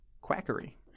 quackery